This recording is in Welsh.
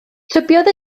tybiodd